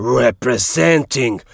representing